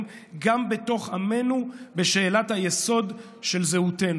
גם בתוך עמנו בשאלת היסוד של זהותנו.